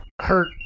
Hurt